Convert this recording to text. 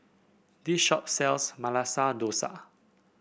this shop sells Masala Dosa